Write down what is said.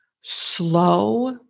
slow